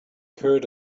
heard